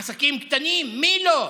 עסקים קטנים, מי לא?